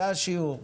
זה השיעור.